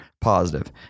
positive